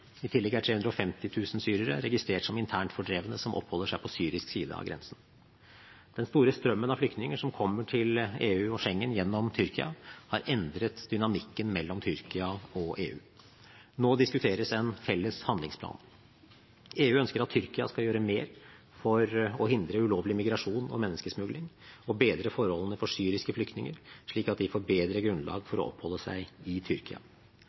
I tillegg er 350 000 syrere registrert som internt fordrevne som oppholder seg på syrisk side av grensen. Den store strømmen av flyktninger som kommer til EU og Schengen gjennom Tyrkia, har endret dynamikken mellom Tyrkia og EU. Nå diskuteres en felles handlingsplan. EU ønsker at Tyrkia skal gjøre mer for å hindre ulovlig migrasjon og menneskesmugling og for å bedre forholdene for syriske flyktninger, slik at de får bedre grunnlag for å oppholde seg i Tyrkia.